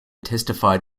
testified